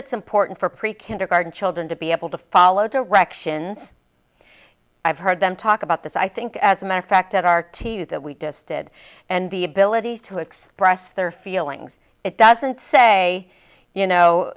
it's important for pre kindergarten children to be able to follow directions i've heard them talk about this i think as a matter of fact our t v that we just did and the ability to express their feelings it doesn't say you know